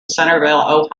centerville